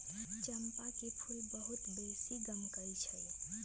चंपा के फूल बहुत बेशी गमकै छइ